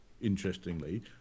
interestingly